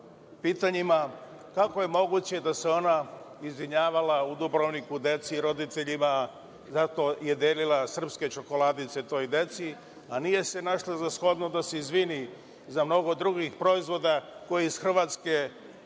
pitanjima – kako je moguće da se ona izvinjavala u Dubrovniku deci i roditeljima zato što je delila srpske čokoladice toj deci, a nije našla za shodno da se izvini za mnogo drugih proizvoda koji iz Hrvatske